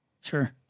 Sure